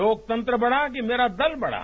लोकतंत्र बड़ा कि मेरा दल बड़ा